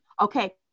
Okay